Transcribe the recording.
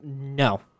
No